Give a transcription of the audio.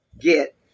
get